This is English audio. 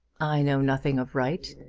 i know nothing of right.